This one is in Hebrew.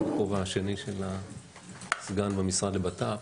זה בכובע השני של הסגן במשרד לבט"פ.